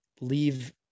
leave